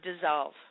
dissolve